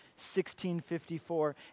1654